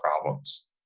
problems